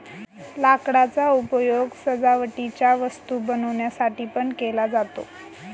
लाकडाचा उपयोग सजावटीच्या वस्तू बनवण्यासाठी पण केला जातो